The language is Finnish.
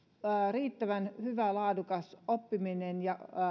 riittävän hyvä laadukas oppiminen